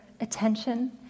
attention